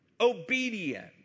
obedient